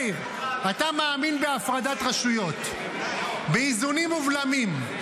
מאיר, אתה מאמין בהפרדת רשויות, באיזונים ובלמים.